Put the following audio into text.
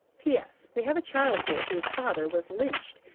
p s. we have a child here whose father was lynched.